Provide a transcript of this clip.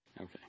okay